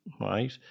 right